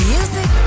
Music